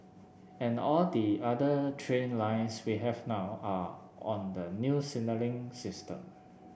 and all the other train lines we have now are on the new signalling system